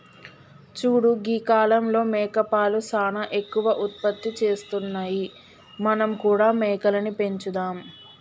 చూడు గీ కాలంలో మేకపాలు సానా ఎక్కువ ఉత్పత్తి చేస్తున్నాయి మనం కూడా మేకలని పెంచుదాం